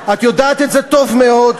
את יודעת את זה טוב מאוד.